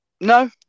no